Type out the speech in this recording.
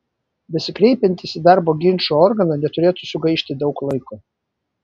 besikreipiantys į darbo ginčų organą neturėtų sugaišti daug laiko